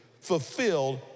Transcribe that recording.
fulfilled